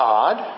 odd